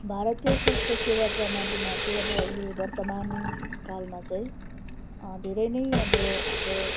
भारतीय स्वास्थ्य सेवा प्रणालीमा चाहिँ अब अहिले वर्तमान कालमा चाहिँ धेरै नै अब हाम्रो